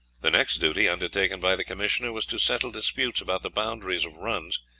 the next duty undertaken by the commissioner was to settle disputes about the boundaries of runs,